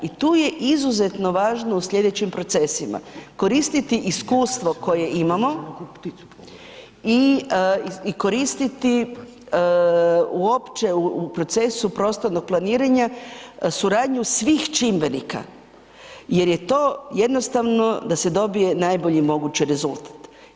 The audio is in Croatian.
I tu je izuzetno važno u slijedećim procesima koristiti iskustvo koje imamo i koristiti uopće u procesu prostornog planiranja suradnju svih čimbenika jer je to jednostavno da se dobije najbolji mogući rezultat.